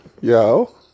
Yo